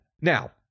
now